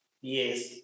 Yes